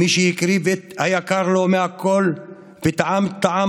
מי שהקריב את היקר לו מכול וטעם את טעם